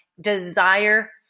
desire